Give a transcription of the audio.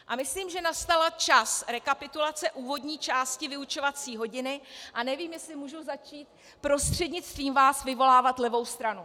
A myslím, že nastal čas rekapitulace úvodní části vyučovací hodiny, a nevím, jestli můžu začít prostřednictvím vás vyvolávat levou stranu.